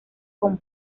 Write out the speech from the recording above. con